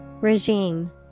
Regime